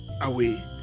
away